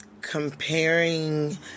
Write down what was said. Comparing